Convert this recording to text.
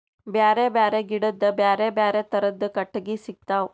ಬ್ಯಾರೆ ಬ್ಯಾರೆ ಗಿಡದ್ ಬ್ಯಾರೆ ಬ್ಯಾರೆ ಥರದ್ ಕಟ್ಟಗಿ ಸಿಗ್ತವ್